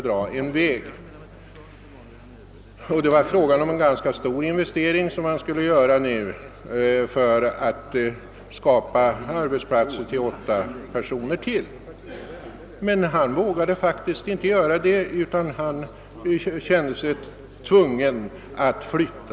Den investering som han hade tänkt göra var ganska stor, men nu vågar han inte göra den utan känner sig tvungen att flytta.